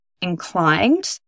inclined